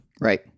Right